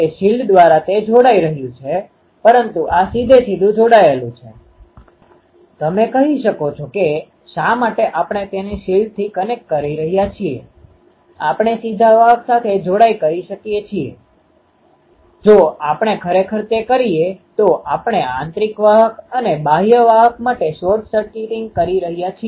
હવે અન્ય વસ્તુઓ જેમ કે આપણે જોયું છે કે તે દૂરનું ક્ષેત્ર છે જે આધારિત છે તે 1r પ્રમાણે બદલાય છે તે સ્રોતથી નિરીક્ષણ બિંદુ સુધીનુ અંતર છે અને તેની પાસે સ્પેસ ફેઝ પણ છે જે e j૦r1 છે